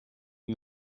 you